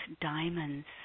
diamonds